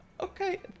okay